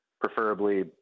preferably